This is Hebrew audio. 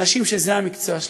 אנשים שזה המקצוע שלהם,